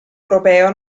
europeo